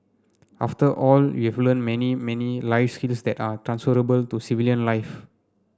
after all you've learnt many many life that are transferable to civilian life